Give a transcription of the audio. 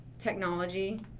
technology